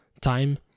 time